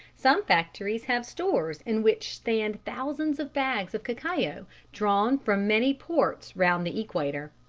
some factories have stores in which stand thousands of bags of cacao drawn from many ports round the equator.